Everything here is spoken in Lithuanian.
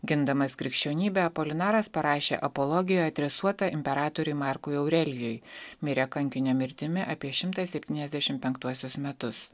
gindamas krikščionybę apolinaras parašė apologiją adresuotą imperatoriui markui aurelijui mirė kankinio mirtimi apie šimtas septyniasdešim penktuosius metus